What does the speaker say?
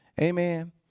Amen